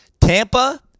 Tampa